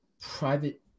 Private